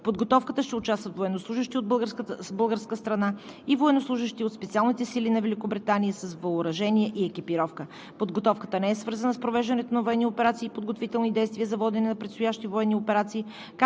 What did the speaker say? подготовката ще участват военнослужещи от българска страна и военнослужещи от специалните сили на Великобритания с въоръжение и екипировка. Подготовката не е свързана с провеждането на военни операции и подготвителни действия за водене на предстоящи военни операции,